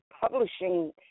publishing